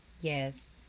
Yes